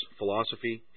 philosophy